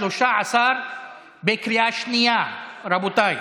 13 בקריאה שנייה, רבותיי,